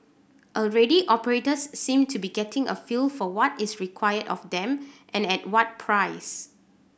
already operators seem to be getting a feel for what is required of them and at what price